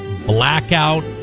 Blackout